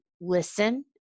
listen